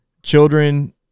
Children